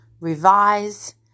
revise